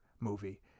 movie